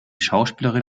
schauspielerin